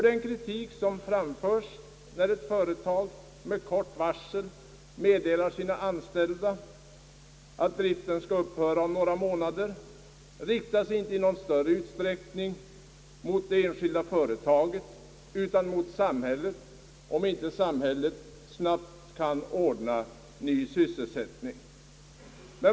Den kritik som framförs när ett företag med kort varsel meddelar sina anställda att driften skall upphöra om några månader riktas inte i någon större utsträckning mot det enskilda företaget utan mot samhället, om inte samhället snabbt kan ordna ny sysselsättning.